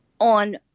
on